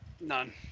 none